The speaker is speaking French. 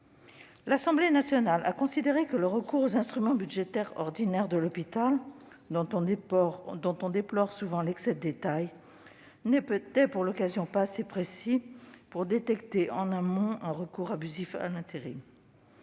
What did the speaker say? L'Assemblée nationale a considéré que le recours aux instruments budgétaires ordinaires de l'hôpital, dont on déplore souvent l'excès de détails, n'était pour l'occasion pas assez précis pour détecter en amont un recours abusif à l'intérim.